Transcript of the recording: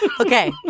Okay